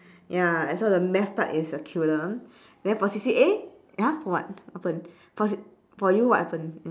ya I saw the math part is a killer then for C_C_A !huh! what what happened for c~ for you what happened